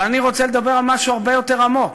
אבל אני רוצה לדבר על משהו הרבה יותר עמוק.